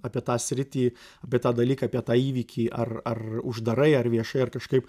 apie tą sritį apie tą dalyką apie tą įvykį ar ar uždarai ar viešai ar kažkaip